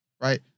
Right